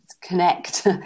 connect